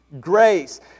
grace